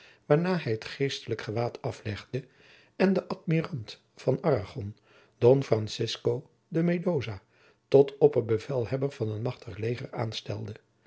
waarna hij het geestelijk gewaad aflegde en den admirant van arragon don francisco de mendoza tot opperbevelhebber van een machtig leger aanstelde